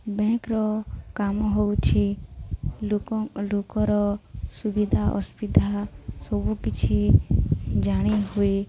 ବ୍ୟାଙ୍କର କାମ ହେଉଛି ଲୋକ ଲୋକର ସୁବିଧା ଅସୁବିଧା ସବୁକିଛି ଜାଣି ହୁଏ